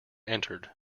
entered